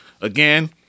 again